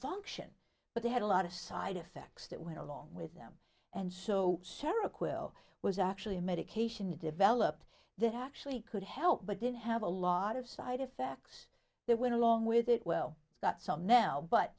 function but they had a lot of side effects that went along with them and so share a quill was actually a medication you developed that actually could help but didn't have a lot of side effects that went along with it well it's got some now but